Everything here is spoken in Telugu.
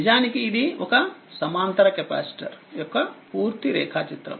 నిజానికి ఇది ఒక సమాంతర కెపాసిటర్ యొక్క పూర్తి రేఖాచిత్రం